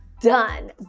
done